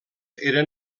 eren